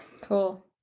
Cool